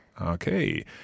Okay